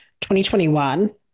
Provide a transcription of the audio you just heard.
2021